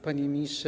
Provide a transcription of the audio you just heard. Panie Ministrze!